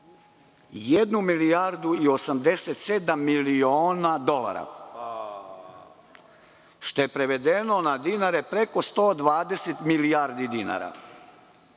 milijardu i 87 miliona dolara, što je prevedeno na dinare preko 120 milijardi dinara. Mislim